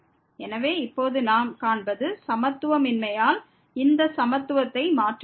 எனவே இப்போது நாம் காண்பது சமத்துவமின்மையால் இந்த சமத்துவத்தை மாற்றமுடியும்